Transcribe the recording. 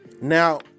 Now